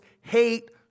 hate